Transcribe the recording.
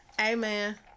Amen